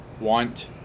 want